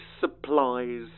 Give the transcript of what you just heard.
supplies